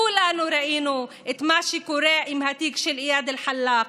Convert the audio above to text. כולנו ראינו את מה שקורה עם התיק של איאד אלחלאק,